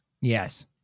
Yes